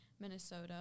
Minnesota